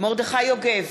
מרדכי יוגב,